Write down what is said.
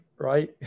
right